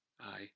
aye